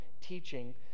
teaching